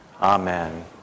Amen